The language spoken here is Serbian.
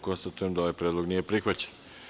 Konstatujem da ovaj predlog nije prihvaćen.